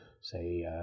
say